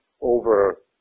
over